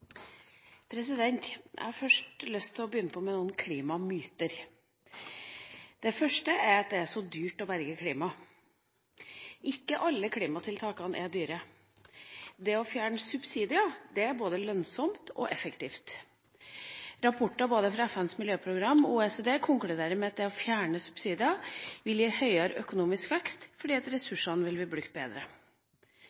måte. Jeg har først lyst til å begynne med noen klimamyter. Det første er at det er så dyrt å berge klimaet. Ikke alle klimatiltakene er dyre. Det å fjerne subsidier er både lønnsomt og effektivt. Rapporter fra både FNs miljøprogram og OECD konkluderer med at det å fjerne subsidier vil gi høyere økonomisk vekst, fordi ressursene vil bli brukt bedre. Den andre myten er at